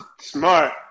Smart